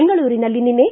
ಬೆಂಗಳೂರಿನಲ್ಲಿ ನಿನ್ನೆ